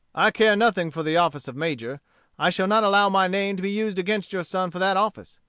i care nothing for the office of major i shall not allow my name to be used against your son for that office.